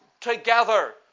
together